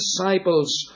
disciples